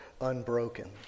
unbroken